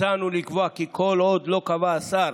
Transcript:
הצענו לקבוע כי כל עוד לא קבע השר